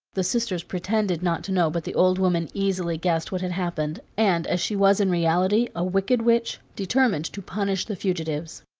the sisters pretended not to know, but the old woman easily guessed what had happened, and, as she was in reality a wicked witch, determined to punish the fugitives.